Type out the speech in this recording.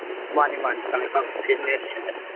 ꯃꯥꯅꯤ ꯃꯥꯅꯤ ꯀꯪꯂꯩꯄꯥꯛ ꯐꯤꯠꯅꯦꯁ ꯁꯦꯟꯇꯔꯅꯤ